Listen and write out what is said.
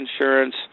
insurance